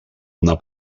una